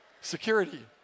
Security